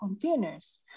containers